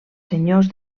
senyors